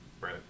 right